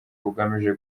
bugamije